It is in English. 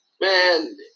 Man